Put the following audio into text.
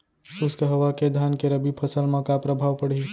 शुष्क हवा के धान के रबि फसल मा का प्रभाव पड़ही?